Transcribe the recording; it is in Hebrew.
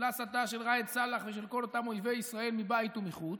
ולהסתה של ראאד סלאח ושל כל אותם אויבי ישראל מבית ומחוץ,